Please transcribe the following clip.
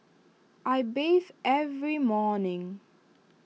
I bathe every morning